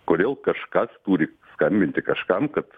kodėl kažkas turi skambinti kažkam kad